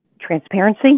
Transparency